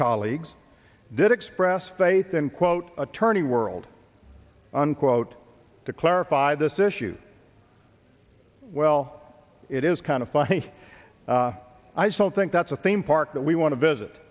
colleagues did express faith in quote attorney world unquote to clarify this issue well it is kind of funny i still think that's a theme park that we want to visit